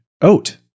Oat